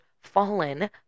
fallen